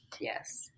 Yes